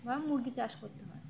বা মুরগি চাষ করতে পারে